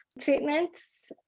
treatments